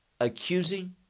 accusing